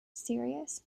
serious